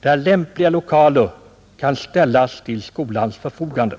där lämpliga lokaler kan ställas till skolans förfogande.